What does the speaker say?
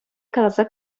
каласа